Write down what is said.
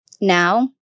Now